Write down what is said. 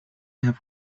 have